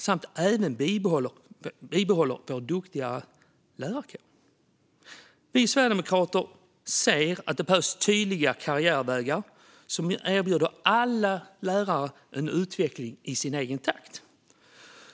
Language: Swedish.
Det ska leda till att vi bibehåller vår duktiga lärarkår. Vi sverigedemokrater ser att det behövs tydliga karriärvägar som erbjuder alla lärare en utveckling i egen takt.